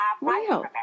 real